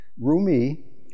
Rumi